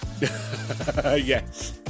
yes